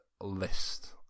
list